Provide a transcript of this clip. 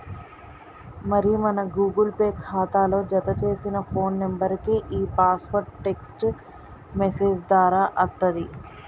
మరి మన Google Pay ఖాతాలో జతచేసిన ఫోన్ నెంబర్కే ఈ పాస్వర్డ్ టెక్స్ట్ మెసేజ్ దారా అత్తది